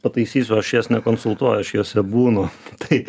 pataisysiu aš jas nekonsultuoju aš jose būnu tai